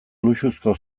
luxuzko